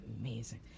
amazing